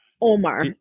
omar